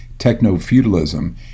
techno-feudalism